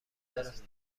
دارد